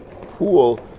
pool